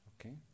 Okay